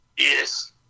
Yes